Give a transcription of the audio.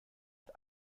hat